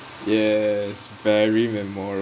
yes very memorable